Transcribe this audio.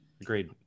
Agreed